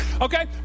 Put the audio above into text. Okay